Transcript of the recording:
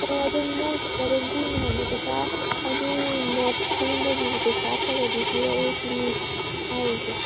ꯑꯗꯨꯝ ꯃꯣꯏ ꯀꯩꯅꯣꯗ ꯑꯗꯨꯝ ꯄꯤꯅꯦ ꯍꯥꯏꯕꯅꯦ ꯄꯩꯁꯥ ꯍꯥꯏꯗꯤ ꯅꯣꯠꯁ ꯁꯦꯝꯕꯒꯤ ꯄꯩꯁꯥ ꯈꯔꯗꯤ ꯄꯤꯔꯛꯎ ꯁꯤꯅꯤ ꯍꯥꯏꯔꯤꯁꯦ